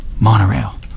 Monorail